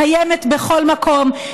קיימת בכל מקום,